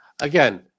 again